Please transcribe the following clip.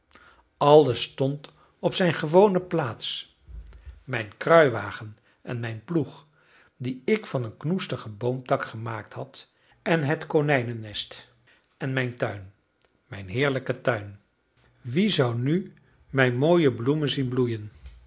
alles stond op zijn gewone plaats mijn kruiwagen en mijn ploeg die ik van een knoestigen boomtak gemaakt had en het konijnennest en mijn tuin mijn heerlijke tuin wie zou nu mijn mooie bloemen zien bloeien